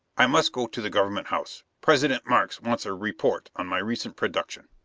i must go to the government house president markes wants a report on my recent production.